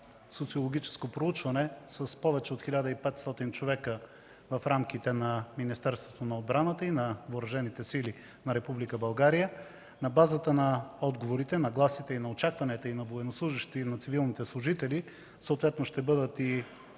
социологическо проучване с повече от 1500 човека в рамките на Министерството на отбраната и на Въоръжените сили на Република България. На базата на отговорите, нагласите и очакванията на военнослужещите и на цивилните служители ще бъдат